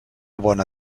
bona